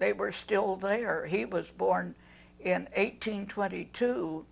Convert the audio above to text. they were still they are he was born in eighteen twenty two